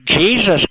Jesus